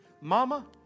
Mama